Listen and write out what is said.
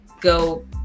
go